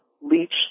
leach